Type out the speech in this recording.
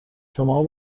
شماها